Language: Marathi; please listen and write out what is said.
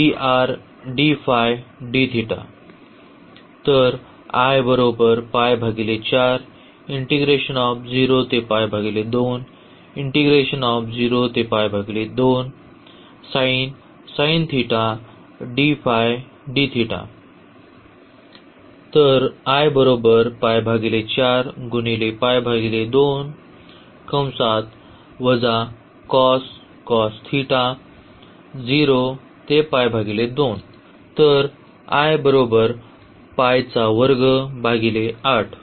sub